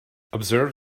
observe